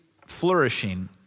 flourishing